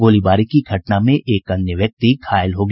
गोलीबारी की घटना में एक अन्य व्यक्ति घायल हो गया